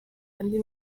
andi